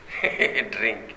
drink